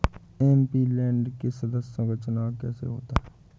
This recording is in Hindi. एम.पी.लैंड के सदस्यों का चुनाव कैसे होता है?